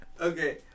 okay